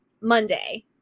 Monday